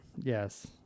Yes